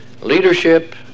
Leadership